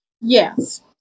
Yes